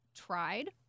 tried